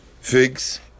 Figs